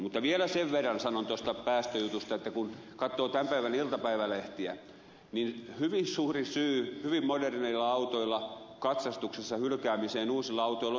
mutta vielä sen verran sanon tuosta päästöjutusta että kun katsoo tämän päivän iltapäivälehtiä niin hyvin suuri syy hyvin moderneilla autoilla katsastuksessa hylkäämiseen uusilla autoilla on ollut päästöt